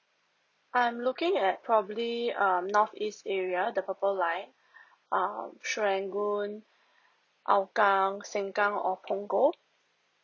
I'm looking at probably um north east area the purple like um serangoon hougang sengkang or punggol